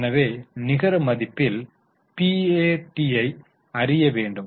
எனவே நிகர மதிப்பில் PAT ஐ அறிய வேண்டும்